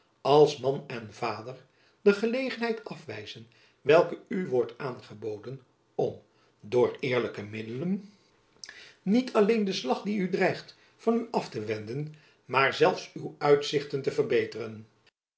als man en vader de gelegenheid afwijzen welke u wordt aangeboden om door eerlijke middelen niet alleen den jacob van lennep elizabeth musch slag die u dreigt van u af te wenden maar zelfs uw uitzichten te verbeteren